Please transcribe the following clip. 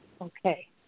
okay